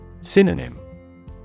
Synonym